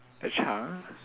the chunk